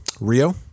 Rio